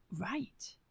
right